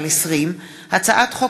פ/2747/20 וכלה בהצעת חוק פ/2787/20,